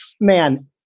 man